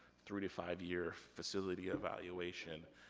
three to five-year facility evaluation.